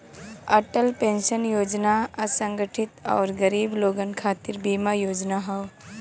Atal pension योजना असंगठित आउर गरीब लोगन खातिर बीमा योजना हौ